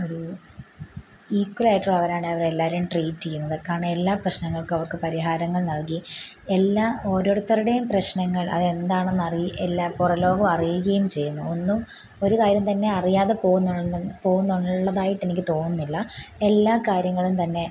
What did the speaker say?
ഒരു ഈക്വലായിട്ടുള്ളവരാണ് അവരെല്ലാരെയും ട്രീറ്റ് ചെയ്യുന്നത് കാരണം എല്ലാ പ്രശ്നങ്ങൾക്കും അവർക്ക് പരിഹാരങ്ങൾ നൽകി എല്ലാ ഓരോരുത്തരുടെയും പ്രശ്നങ്ങൾ അതെന്താണെന്ന് അറി എല്ലാം പുറംലോകം അറിയികയും ചെയ്യുന്നു ഒന്നും ഒരു കാര്യംതന്നെ അറിയാതെ പോകുന്നുണ്ട് പോവുന്നുള്ളതായിട്ട് എനിക്ക് തോന്നുന്നില്ല എല്ലാകാര്യങ്ങളും തന്നെ